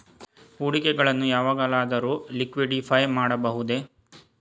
ಹೂಡಿಕೆಗಳನ್ನು ಯಾವಾಗಲಾದರೂ ಲಿಕ್ವಿಡಿಫೈ ಮಾಡಬಹುದೇ?